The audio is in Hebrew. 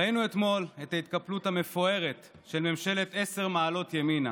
ראינו אתמול את ההתקפלות המפוארת של ממשלת עשר מעלות ימינה